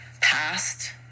past